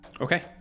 Okay